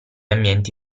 ambienti